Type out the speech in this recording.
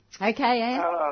Okay